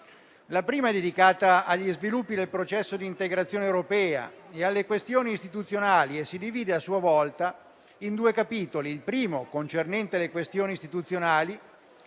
La prima è dedicata agli sviluppi del processo di integrazione europea e alle questioni istituzionali, e si divide a sua volta in due capitoli: il primo concerne le questioni istituzionali